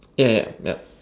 ya ya yup